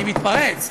אני מתפרץ,